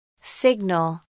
Signal